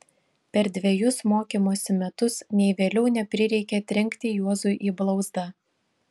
per dvejus mokymosi metus nei vėliau neprireikė trenkti juozui į blauzdą